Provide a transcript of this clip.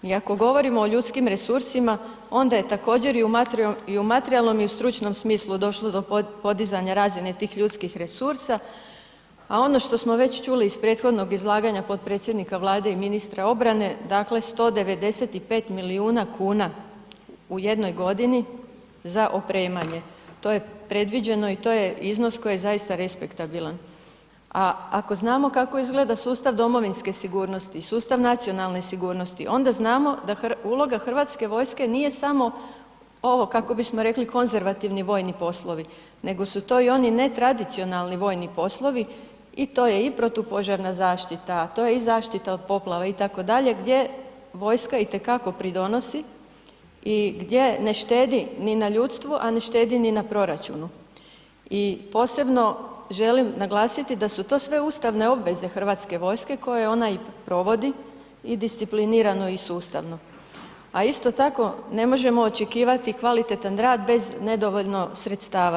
I ako govorimo o ljudskim resursima, onda je također i u materijalnom i u stručnom smislu došlo do podizanja razine tih ljudskih resursa, a ono što smo već čuli iz prethodnog izlaganja potpredsjednika Vlade i ministra obrane, dakle, 195 milijuna kuna u jednoj godini za opremanje, to je predviđeno i to je iznos koji je zaista respektabilan, a ako znamo kako izgleda sustav domovinske sigurnosti i sustav nacionalne sigurnosti, onda znamo da uloga Hrvatske vojske nije samo ovo kako bismo rekli konzervativni vojni poslovi, nego su to i oni netradicionalni vojni poslovi i to je i protupožarna zaštita, to je i zaštita od poplava itd., gdje vojska itekako pridonosi i gdje ne štedi ni na ljudstvu, a ne štedi ni na proračunu i posebno želim naglasiti da su to sve ustavne obveze Hrvatske vojske koje ona i provodi i disciplinirano i sustavno, a isto tako ne možemo očekivati kvalitetan rad bez nedovoljno sredstava.